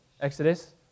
Exodus